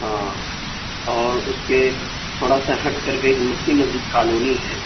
ہاں اور اس کے تھوڑا سا ہٹ کر کے ایک مکی مسجد کالونی ہے